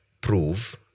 prove